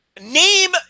name